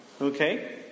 okay